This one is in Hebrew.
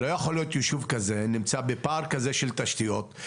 לא יכול להיות שישוב כזה נמצא בפער כזה של תשתיות,